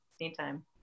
Anytime